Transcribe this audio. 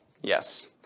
yes